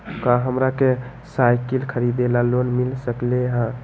का हमरा के साईकिल खरीदे ला लोन मिल सकलई ह?